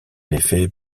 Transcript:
effet